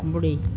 ॿुड़ी